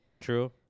True